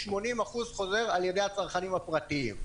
80% חוזר על ידי הצרכנים הפרטיים.